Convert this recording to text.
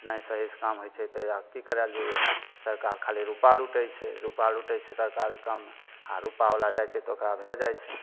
नहि सही सऽ काम होइ छै तऽ की करए लए जइयै सरकार खाली रूपा लुटै छै रूपा लुटै छै सरकारी काममे आ रूपा बला जाइ छै तऽ ओकरा भए जाइ छै